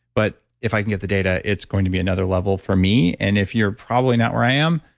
but if i can get the data, it's going to be another level for me and if you're probably not where i am,